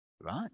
Right